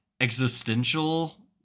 existential